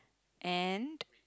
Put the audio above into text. and